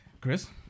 Chris